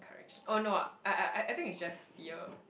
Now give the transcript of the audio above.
oh no I I I I think it's just fear